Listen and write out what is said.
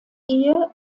ehe